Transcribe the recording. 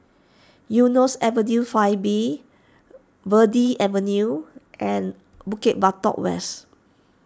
Eunos Avenue five B Verde Avenue and Bukit Batok West